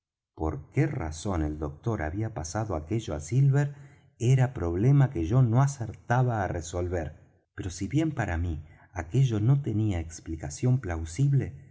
por qué razón el doctor había pasado aquello á silver era problema que yo no acertaba á resolver pero si bien para mí aquello no tenía explicación plausible